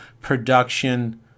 production